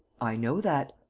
i know that.